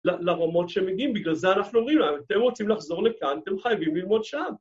‫לרמות שמגיעים, בגלל זה אנחנו אומרים, ‫אם אתם רוצים לחזור לכאן, ‫אתם חייבים ללמוד שם.